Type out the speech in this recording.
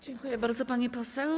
Dziękuję bardzo, pani poseł.